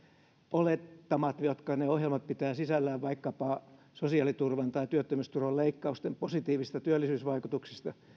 olettamat jotka ohjelmat pitävät sisällään vaikkapa sosiaaliturvan ja työttömyysturvan leikkausten positiivisista työllisyysvaikutuksista